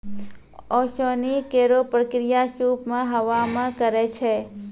ओसौनी केरो प्रक्रिया सूप सें हवा मे करै छै